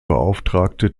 beauftragte